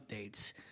updates